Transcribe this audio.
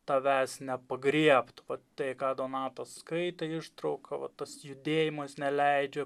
tavęs nepagriebtų tai ką donatas skaitė ištrauką va tas judėjimas neleidžia